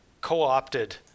Co-opted